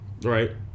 right